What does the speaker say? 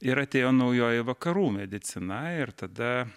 ir atėjo naujoji vakarų medicina ir tada